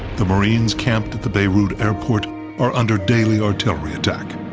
the marines camped at the beirut airport are under daily artillery attack.